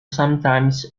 sometimes